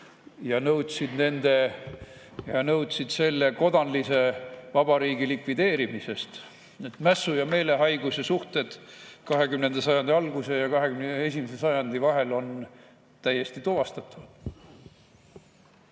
ja nõudsid kodanlise vabariigi likvideerimist. Mässu ja meelehaiguse suhted 20. sajandi alguse ja 21. sajandi vahel on täiesti tuvastatavad.